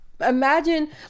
imagine